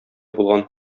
булган